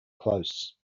close